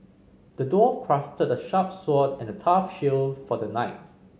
the dwarf crafted a sharp sword and a tough shield for the knight